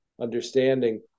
understanding